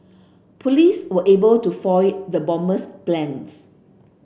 police were able to foil the bomber's plans